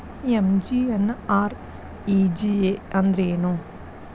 MGNREGA ಅಂದ್ರೆ ಏನು?